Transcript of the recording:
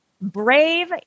brave